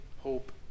hope